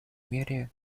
меры